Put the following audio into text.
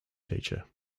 teacher